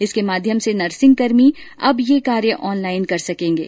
इसके माध्यम से नर्सिंगकर्मी अब ये कार्य ऑनलाइन कर सकेंगे